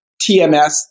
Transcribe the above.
TMS